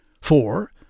four